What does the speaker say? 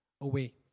away